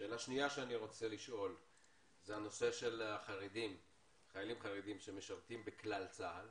שאלה שנייה שאני רוצה לשאול היא בנושא חיילים חרדים שמשרתים בכלל צה"ל.